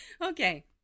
okay